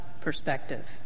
perspective